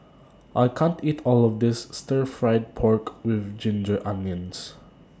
I can't eat All of This Stir Fried Pork with Ginger Onions